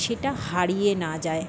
সেটা হারিয়ে না যায়